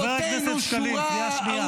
חבר הכנסת שקלים, קריאה שנייה.